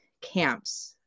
camps